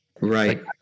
right